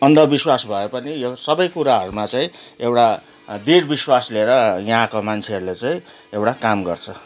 आन्धविश्वास भएपनि यो सबै कुराहरूमा चाहिँ एउटा दृढ विश्वास लिएर यहाँको मान्छेहरूले चाहिँ एउटा काम गर्छ